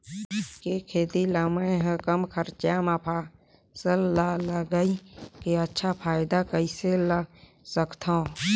के खेती ला मै ह कम खरचा मा फसल ला लगई के अच्छा फायदा कइसे ला सकथव?